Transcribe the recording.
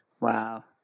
wow